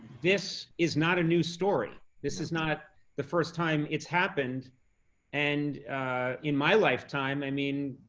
this is not a new story. this is not the first time it's happened and in my lifetime, i mean,